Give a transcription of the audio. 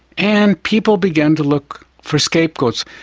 and people began to look for scapegoats.